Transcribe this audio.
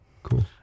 Cool